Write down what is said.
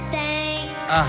thanks